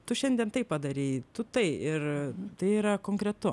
tu šiandien tai padarei tu tai ir tai yra konkretu